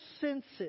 senses